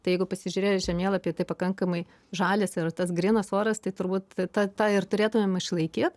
tai jeigu pasižiūrėjus žemėlapį tai pakankamai žalias ir tas grynas oras tai turbūt tą tą ir turėtumėm išlaikyt